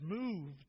moved